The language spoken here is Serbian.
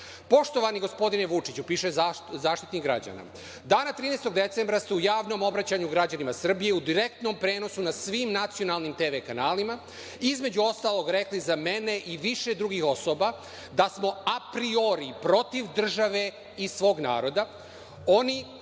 „Poštovani gospodine Vučiću, dana 30. decembra ste u javnom obraćanju građanima Srbije, u direktnom prenosu na svim nacionalnim TV kanalima između ostalog rekli za mene i više drugih osoba da smo apriori protiv države i svog naroda, oni